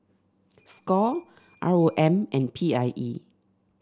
Score R O M and P I E